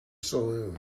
saloon